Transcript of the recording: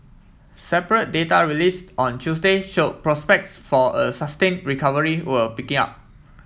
separate data released on Tuesday show prospects for a sustain recovery were picking up